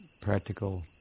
practical